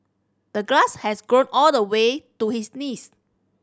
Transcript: the grass has grown all the way to his knees